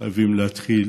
חייבים להתחיל